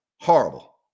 Horrible